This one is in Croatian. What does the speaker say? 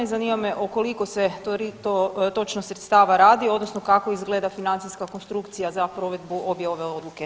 Zanima me o koliko se to točno sredstava radi, odnosno kako izgleda financijska konstrukcija za provedbu obje ove odluke.